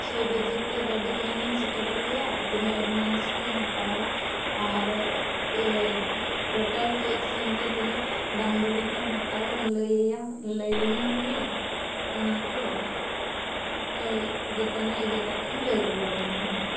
ᱪᱷᱮᱭ ᱵᱟᱡᱮᱛᱮ ᱜᱟᱹᱰᱤ ᱦᱩᱱᱟᱹᱝ ᱮᱢ ᱥᱮᱴᱮᱨᱟᱞᱮᱭᱟ ᱛᱤᱱᱟᱹᱜ ᱮᱰᱵᱷᱟᱱᱥ ᱠᱚᱢ ᱦᱟᱛᱟᱣᱟ ᱟᱨ ᱤᱭᱟᱹ ᱴᱳᱴᱟᱞ ᱦᱮᱡ ᱥᱮᱱᱛᱮ ᱛᱤᱱᱟᱹᱜ ᱫᱟᱢ ᱫᱩᱲᱤ ᱠᱚᱢ ᱦᱟᱛᱟᱣᱟᱢ ᱞᱟᱹᱭᱟᱭᱟ ᱞᱟᱹᱭᱟᱹᱧᱟᱢ ᱦᱩᱱᱟᱹᱜ ᱚᱱᱟ ᱠᱚ ᱡᱚᱛᱚᱱᱟᱜ ᱤᱭᱟᱹ ᱠᱟᱛᱮᱫ ᱮᱢ ᱞᱟᱹᱭ ᱨᱩᱣᱟᱹᱲᱟᱹᱧᱟᱹ ᱦᱩᱱᱟᱹᱝ